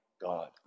God